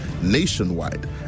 nationwide